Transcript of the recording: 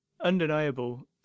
undeniable